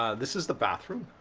ah this is the bathroom,